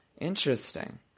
Interesting